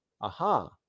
Aha